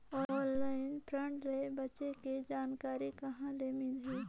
Online fraud ले बचे के जानकारी कहां ले मिलही?